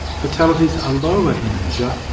fatalities are lower in asia,